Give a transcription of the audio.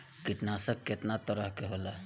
कीटनाशक केतना तरह के होला?